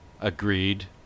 agreed